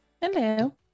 Hello